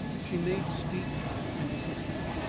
she made to speak and desisted.